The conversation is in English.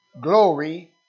Glory